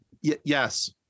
yes